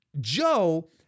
Joe